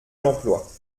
l’emploi